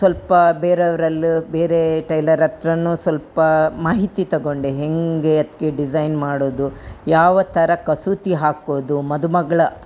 ಸ್ವಲ್ಪ ಬೇರೆಯವ್ರಲ್ಲೂ ಬೇರೆ ಟೈಲರತ್ತಿರನು ಸ್ವಲ್ಪ ಮಾಹಿತಿ ತೊಗೊಂಡೆ ಹೇಗೆ ಅದಕ್ಕೆ ಡಿಸೈನ್ ಮಾಡೋದು ಯಾವ ಥರ ಕಸೂತಿ ಹಾಕೋದು ಮದುಮಗಳ